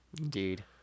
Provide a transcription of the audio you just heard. indeed